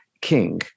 king